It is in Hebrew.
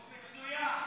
הוא פנה אליי.